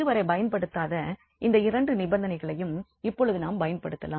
இதுவரை பயன்படுத்தப்படாத இந்த இரண்டு நிபந்தனைகளையும் இப்போது நாம் பயன்படுத்தலாம்